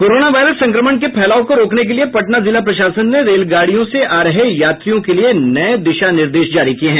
corona virus संक्रमण के फैलाव को रोकने के लिए पटना जिला प्रशासन ने रेलगाड़ियों से आ रहे यात्रियों के लिए नये दिशा निर्देश जारी किये हैं